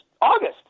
August